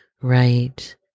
right